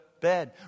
bed